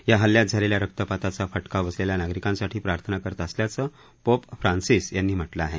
या हल्ल्यात झालेल्या रक्तपाताचा फटका बसलेल्या नागरिकांसाठी प्रार्थना करत असल्याचं पोप फ्रान्सीस यांनी म्हटलं आहे